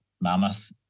mammoth